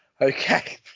okay